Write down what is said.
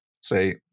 say